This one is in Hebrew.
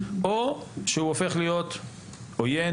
או שהוא הופך להיות עוין,